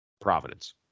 Providence